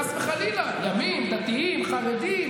חס וחלילה.